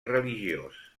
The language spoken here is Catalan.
religiós